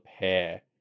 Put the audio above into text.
pair